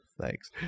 Thanks